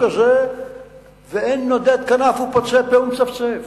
הזה ואין נודד כנף ופוצה פה ומצפצף.